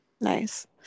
Nice